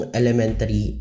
elementary